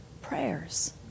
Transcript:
prayers